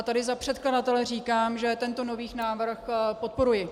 Tady za předkladatele říkám, že tento nový návrh podporuji.